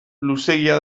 luzeegia